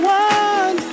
one